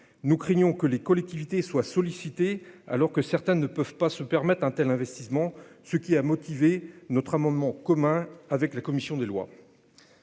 nous craignons que les collectivités soient sollicités alors que certains ne peuvent pas se permettre un tel investissement, ce qui a motivé notre amendement commun avec la commission des lois,